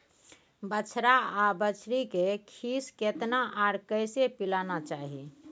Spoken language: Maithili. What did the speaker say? बछरा आर बछरी के खीस केतना आर कैसे पिलाना चाही?